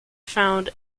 found